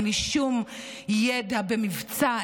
אין לי שום ידע במבצע,